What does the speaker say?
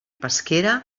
pesquera